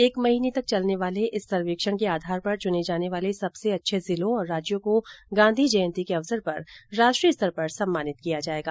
एक महिने तक चलने वाले इस सर्वेक्षण के आधार पर चुने जाने वाले सबसे अच्छे जिलों और राज्यों को गांधी जयंती के अवसर पर राष्ट्रीय स्तर पर सम्मानित किया जायेगा